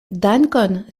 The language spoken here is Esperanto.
dankon